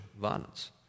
violence